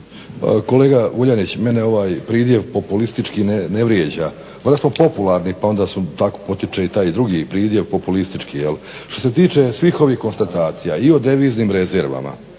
kolega Vuljanić mene ovaj pridjev populistički ne vrijeđa, valjda smo popularni pa onda su, tako potječe i taj drugi pridjev populistički. Što se tiče svih ovih konstatacija i o deviznim rezervama